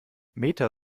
meta